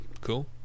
Cool